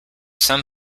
some